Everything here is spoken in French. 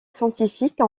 scientifique